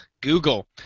Google